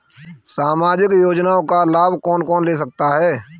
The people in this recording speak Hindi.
सामाजिक योजना का लाभ कौन कौन ले सकता है?